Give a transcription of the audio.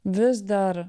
vis dar